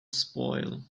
spoil